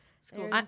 School